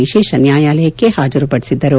ವಿಶೇಷ ನ್ಯಾಯಾಲಯಕ್ಕೆ ಹಾಜರುಪಡಿಸಿದ್ದರು